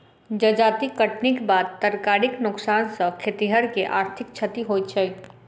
जजाति कटनीक बाद तरकारीक नोकसान सॅ खेतिहर के आर्थिक क्षति होइत छै